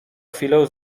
chwilę